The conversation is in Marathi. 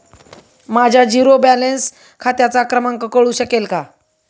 माझ्या झिरो बॅलन्स खात्याचा क्रमांक कळू शकेल का?